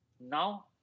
now